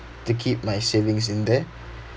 to keep my savings in there